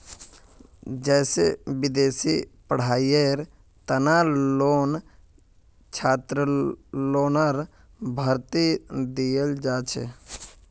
जैसे विदेशी पढ़ाईयेर तना लोन छात्रलोनर भीतरी दियाल जाछे